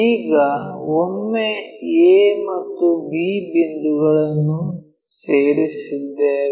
ಈಗ ಒಮ್ಮೆ a ಮತ್ತು b ಬಿಂದುವನ್ನು ಸೇರಿಸಿದ್ದೇವೆ